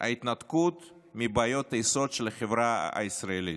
התנתקות מבעיות היסוד של החברה הישראלית.